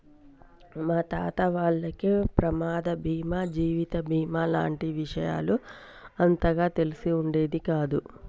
మా తాత వాళ్లకి ప్రమాద బీమా జీవిత బీమా లాంటి విషయాలు అంతగా తెలిసి ఉండేది కాదు